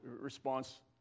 response